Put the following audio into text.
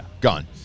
Gone